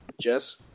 Jess